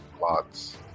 Lots